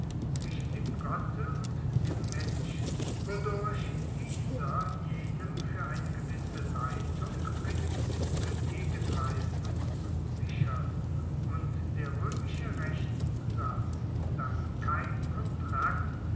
zwischen dem gotte und dem menschen wodurch dieser jenem fuer eine gewisse leitung eine gewisse gegenleistung zusichert und der roemische rechtssatz dass kein kontrakt